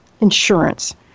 insurance